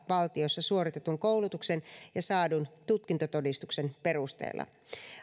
valtiossa suoritetun koulutuksen ja saadun tutkintotodistuksen perusteella